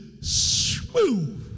smooth